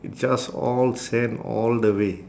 it's just all sand all the way